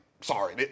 sorry